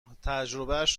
تجربهاش